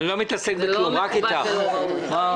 זה לא מכובד ולא ראוי.